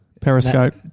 Periscope